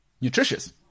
nutritious